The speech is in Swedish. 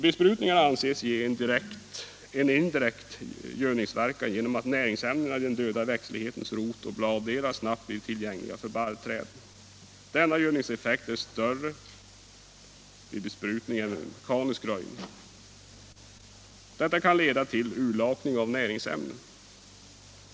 Besprutningarna anses ge en indirekt gödningsverkan genom att näringsämnena i den döda växtlighetens rot och bladdelar snabbt blir tillgängliga för barrträden. Denna gödningseffekt är större än med mekanisk röjning. Men detta kan också leda till urlakning av näringsämnen.